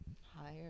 higher